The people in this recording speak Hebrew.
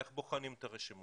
איך בוחנים את הרשימות,